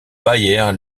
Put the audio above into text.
bayer